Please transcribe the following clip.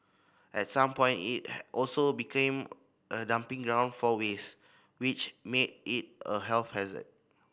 at some point it also became a dumping ground for waste which made it a health hazard